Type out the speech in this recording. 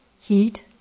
heat